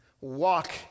Walk